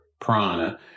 prana